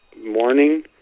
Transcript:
morning